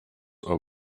are